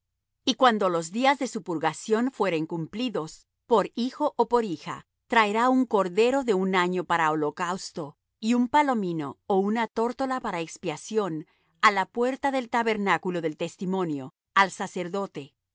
y cuando los días de su purgación fueren cumplidos por hijo ó por hija traerá un cordero de un año para holocausto y un palomino ó una tórtola para expiación á la puerta del tabernáculo del testimonio al sacerdote